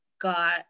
got